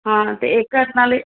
ਹਾਂ ਤੇ ਇੱਕ ਨਾਲੇ